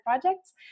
projects